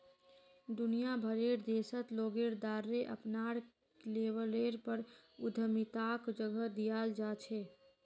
दुनिया भरेर देशत लोगेर द्वारे अपनार लेवलेर पर उद्यमिताक जगह दीयाल जा छेक